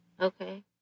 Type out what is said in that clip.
Okay